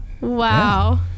Wow